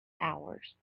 hours